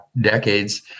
decades